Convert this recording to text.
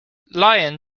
lyon